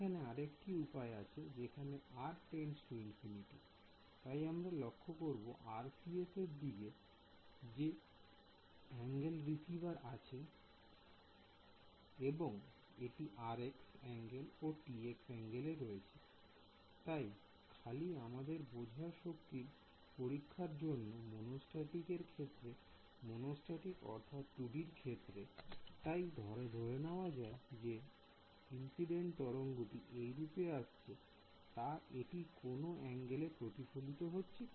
এইখানে আরেকটি উপায় আছে যেখানে r →∞ তাই তোমরা লক্ষ্য করো RCS এর দিকে যে অ্যাঙ্গেলে রিসিভার রাখা আছে I এবং এইটি Rx অ্যাঙ্গেল ও Tx অ্যাঙ্গেল তাই খালি আমাদের বোঝার শক্তির পরীক্ষা র জন্য মনু স্ট্যাটিক এর ক্ষেত্রে I মনো স্ট্যাটিক অর্থাৎ 2D ক্ষেত্র I তাই ধরে নেওয়া যায় যে ইনসিডেন্ট তরঙ্গটি এইরূপে আসছে I তা এটি কোন অ্যাঙ্গেলে প্রতিফলিত হচ্ছে